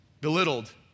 belittled